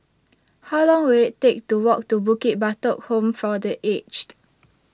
How Long Will IT Take to Walk to Bukit Batok Home For The Aged